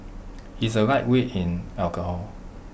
he is A lightweight in alcohol